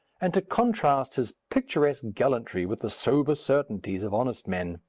and to contrast his picturesque gallantry with the sober certainties of honest men.